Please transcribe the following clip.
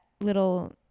little